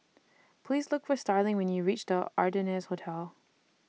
Please Look For Starling when YOU REACH The Ardennes Hotel